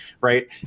right